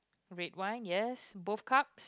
red wine yes both cups